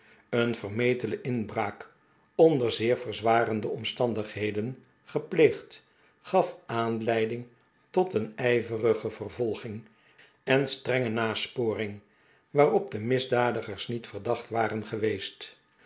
een vermetele inbraak onder zeer verzwarende omstandigheden gepleegd gaf aanleiding tot een ijverige vervolging en strenge nasporing waarop de misdadigers niet verdacht waren geweest